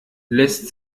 lässt